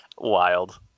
Wild